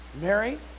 Mary